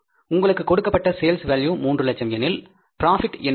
உங்களுக்கு கொடுக்கப்பட்ட sales value 3 லட்சம் எனில் ப்ராபிட் என்பது என்ன